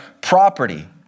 property